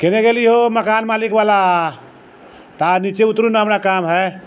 केने गेली हो मकान मालिक बला आहाँ नीचे उतरू ना हमरा काम है